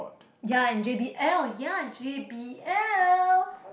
ya in J_B_L ya J_B_L